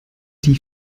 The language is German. die